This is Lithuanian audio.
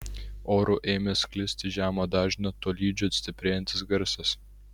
oru ėmė sklisti žemo dažnio tolydžio stiprėjantis garsas